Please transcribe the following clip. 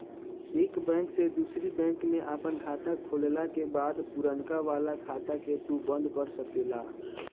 एक बैंक से दूसरी बैंक में आपन खाता खोलला के बाद पुरनका वाला खाता के तू बंद कर सकेला